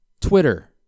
Twitter